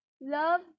Love